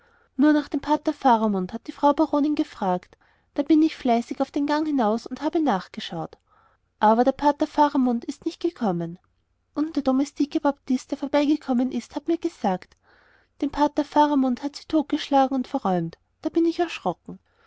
nur nach dem pater faramund hat die frau baronin gefragt da bin ich fleißig auf den gang hinaus und habe nachgeschaut aber der pater faramund ist nicht gekommen und der domestike baptist der vorbeigekommen ist hat mir gesagt den pater faramund haben sie totgeschlagen und verräumt da bin ich erschrocken